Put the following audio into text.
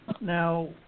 now